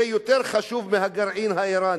זה יותר חשוב מהגרעין האירני.